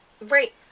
Right